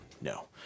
No